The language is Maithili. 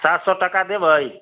सात सए टका देबै